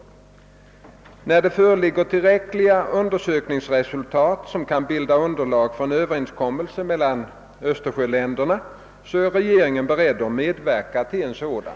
När det föreligger tillräckliga undersökningsresultat, som kan bilda underlag för en överenskommelse mel lan östersjöländerna, är regeringen beredd medverka till en sådan.